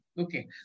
Okay